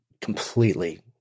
completely